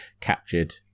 captured